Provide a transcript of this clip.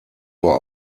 vor